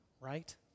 right